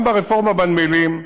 גם ברפורמה בנמלים,